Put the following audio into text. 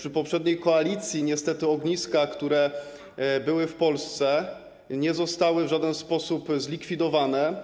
Za poprzedniej koalicji niestety ogniska, które były w Polsce, nie zostały w żaden sposób zlikwidowane.